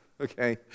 okay